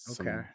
okay